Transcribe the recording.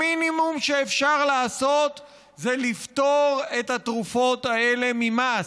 המינימום שאפשר לעשות הוא לפטור את התרופות האלו ממס.